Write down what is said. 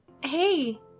hey